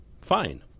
fine